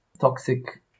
toxic